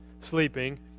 sleeping